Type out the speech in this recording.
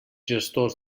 gestors